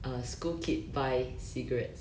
uh school kid buy cigarettes